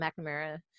McNamara